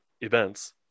events